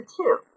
two